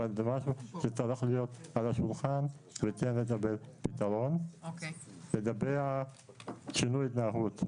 דבר שצריך להיות על השולחן, לגבי שינוי התנהגות.